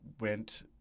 went